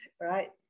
right